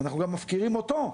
אנחנו גם מפקירים אותו.